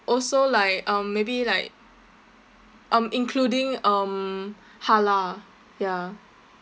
also like um maybe like um including um halal ya